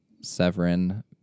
Severin